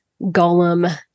golem